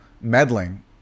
meddling